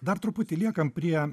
dar truputį liekam prie